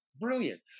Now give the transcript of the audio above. brilliant